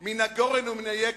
חוקים מן הגורן ומן היקב.